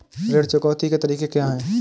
ऋण चुकौती के तरीके क्या हैं?